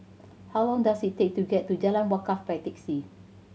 how long does it take to get to Jalan Wakaff by taxi